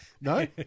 No